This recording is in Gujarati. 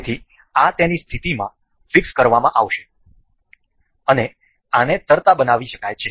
તેથી આ તેની સ્થિતિમાં ફિક્સ કરવામાં આવશે અને આને તરતા બનાવી શકાય છે